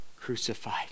crucified